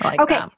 Okay